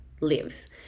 lives